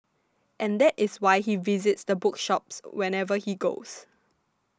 and that is why he visits bookshops whenever he goes